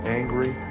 angry